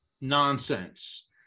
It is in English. nonsense